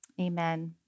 amen